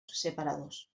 separados